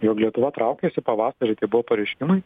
jog lietuva traukiasi pavasarį tai buvo pareiškimai